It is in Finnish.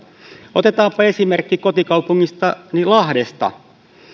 otetaanpa esimerkki kotikaupungistani lahdesta